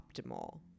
optimal